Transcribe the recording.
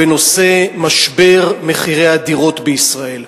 בנושא: משבר מחירי הדירות בישראל.